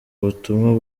butumwa